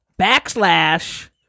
backslash